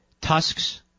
tusks